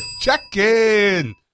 Check-in